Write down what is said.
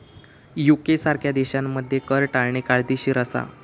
UK सारख्या देशांमध्ये कर टाळणे कायदेशीर असा